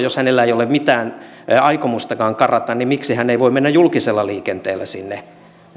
jos hänellä ei ole mitään aikomustakaan karata miksi hän ei voi mennä julkisella liikenteellä sinne